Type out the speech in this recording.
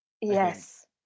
Yes